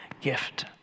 gift